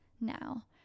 now